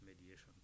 mediation